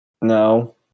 No